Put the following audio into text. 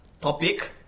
topic